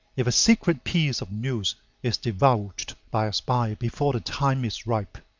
if a secret piece of news is divulged by a spy before the time is ripe,